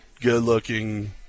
good-looking